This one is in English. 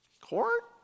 Court